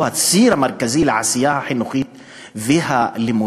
הוא הציר המרכזי לעשייה החינוכית והלימודית,